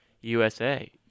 USA